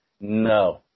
no